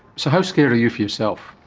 so how scared are you for yourself?